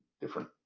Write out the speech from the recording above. different